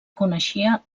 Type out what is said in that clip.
coneixia